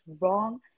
wrong